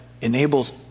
enables